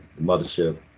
mothership